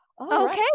Okay